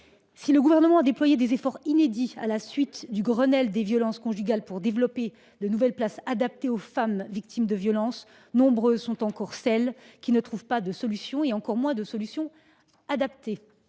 Si le Gouvernement a déployé des efforts inédits, à la suite du Grenelle des violences conjugales, pour développer de nouvelles places adaptées aux femmes victimes de violences, nombreuses sont encore celles qui ne trouvent pas de solution et, surtout, de solution adaptée.